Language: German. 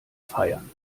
feiern